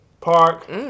park